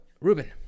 Ruben